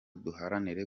duharanire